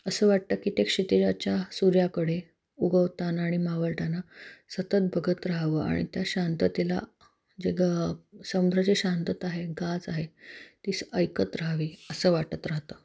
असं वाटतं की त्या क्षितिजाच्या सूर्याकडे उगवताना आणि मावळताना सतत बघत रहावं आणि त्या शांततेला जे ग समुद्राचे शांतता आहे गाज आहे ती ऐकत राहावी असं वाटत राहतं